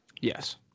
Yes